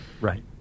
Right